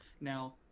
Now